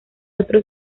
otro